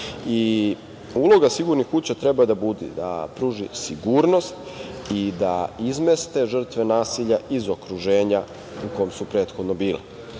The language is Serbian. Uloga sigurnih kuća treba da bude da pruži sigurnost i da izmeste žrtve nasilja iz okruženja u kome su prethodno bile.